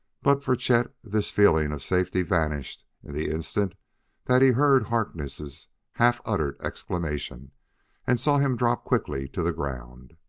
but for chet this feeling of safety vanished in the instant that he heard harkness' half-uttered exclamation and saw him drop quickly to the ground.